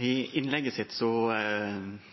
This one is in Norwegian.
I innlegget sitt